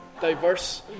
diverse